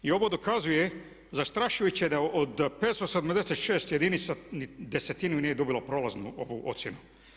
I ovo dokazuje zastrašujuće da od 576 jedinica desetina nije dobila prolaznu ocjenu.